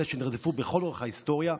אלה שנרדפו לכל אורך ההיסטוריה,